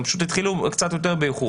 הם פשוט התחילו קצת יותר באיחור.